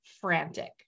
frantic